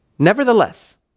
Nevertheless